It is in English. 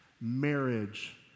Marriage